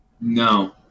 No